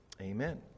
Amen